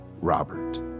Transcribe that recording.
Robert